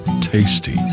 tasty